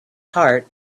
heart